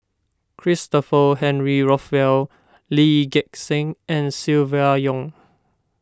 Christopher Henry Rothwell Lee Gek Seng and Silvia Yong